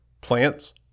plants